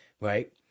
right